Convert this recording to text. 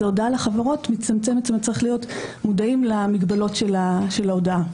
צריכים להיות מודעים למגבלות של ההודעה.